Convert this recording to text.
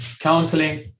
counseling